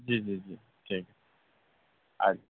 جی جی جی ٹھیک ہے اچھا